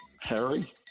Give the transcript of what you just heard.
Harry